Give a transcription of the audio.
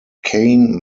cain